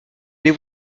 les